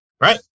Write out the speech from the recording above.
right